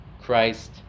Christ